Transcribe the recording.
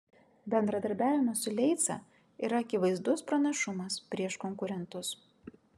bendradarbiavimas su leica yra akivaizdus pranašumas prieš konkurentus